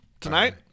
tonight